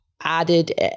added